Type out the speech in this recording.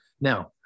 Now